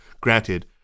granted